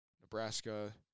Nebraska